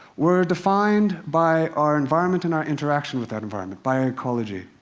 we're defined by our environment and our interaction with that environment, by our ecology.